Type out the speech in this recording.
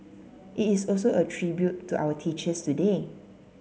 it is also a tribute to our teachers today